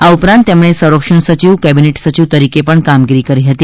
આ ઉપરાંત તેમણે સંરક્ષણ સચિવ કેબિનેટ સચિવ તરીકે પણ કામગીરી કરી હતી